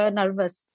nervous